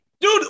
Dude